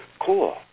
Cool